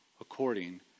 according